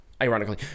ironically